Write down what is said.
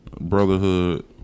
Brotherhood